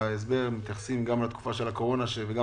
שבדברי הצו מתייחסים לתקופת הקורונה וגם